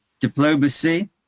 diplomacy